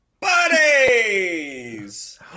Buddies